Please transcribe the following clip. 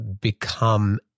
become